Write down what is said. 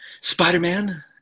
Spider-Man